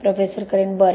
professor Karen बरं